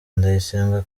ndayisenga